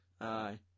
Aye